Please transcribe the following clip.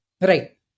Right